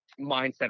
mindset